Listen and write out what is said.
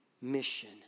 mission